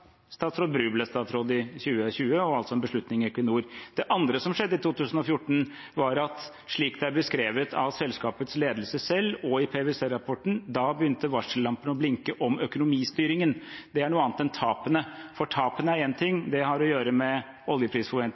statsråd Bru ble statsråd i 2020, altså en beslutning i Equinor. Det andre som skjedde i 2014, var – slik det er beskrevet av selskapets ledelse selv og i PwC-rapporten – at da begynte varsellampene å blinke om økonomistyringen. Det er noe annet enn tapene. Tapene er én ting, det har å gjøre med oljeprisforventning.